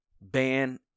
ban